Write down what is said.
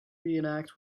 reenact